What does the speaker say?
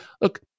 look